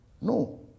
No